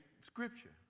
scripture